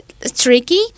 tricky